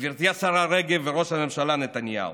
גברתי השרה רגב וראש הממשלה נתניהו,